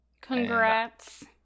Congrats